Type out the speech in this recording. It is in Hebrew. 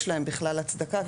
יש להם בכלל הצדקה,